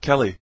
Kelly